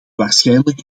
waarschijnlijk